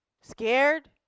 scared